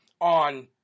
on